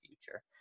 future